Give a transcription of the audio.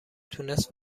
تونست